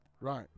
Right